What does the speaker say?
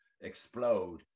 explode